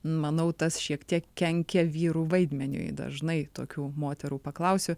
manau tas šiek tiek kenkia vyrų vaidmeniui dažnai tokių moterų paklausiu